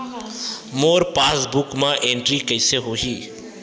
मोर passbook मा entry कइसे होही?